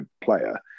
player